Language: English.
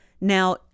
Now